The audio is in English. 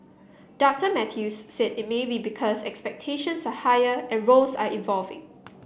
Doctor Mathews said it may be because expectations higher and roles are evolving